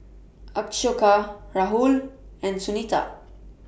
Ashoka Rahul and Sunita